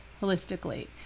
holistically